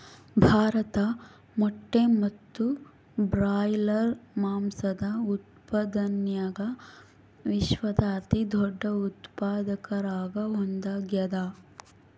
ಭಾರತ ಮೊಟ್ಟೆ ಮತ್ತು ಬ್ರಾಯ್ಲರ್ ಮಾಂಸದ ಉತ್ಪಾದನ್ಯಾಗ ವಿಶ್ವದ ಅತಿದೊಡ್ಡ ಉತ್ಪಾದಕರಾಗ ಒಂದಾಗ್ಯಾದ